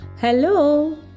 Hello